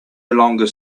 longer